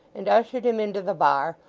and ushered him into the bar,